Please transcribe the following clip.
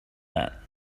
that